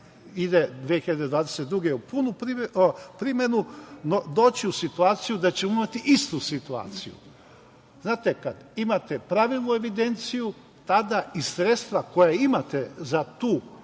ide 2022. godine u punu primenu, doći u situaciju da ćemo imati istu situaciju. Znate, kada imate pravilnu evidenciju, tada i sredstva koja imate za tu